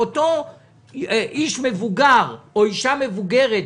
אותו איש מבוגר או אישה מבוגרת,